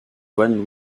juan